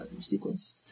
sequence